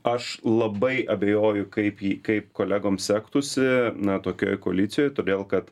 aš labai abejoju kaip jį kaip kolegoms sektųsi na tokioj koalicijoj todėl kad